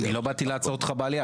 אני לא באתי לעצור אותך בעלייה,